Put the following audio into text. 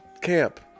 camp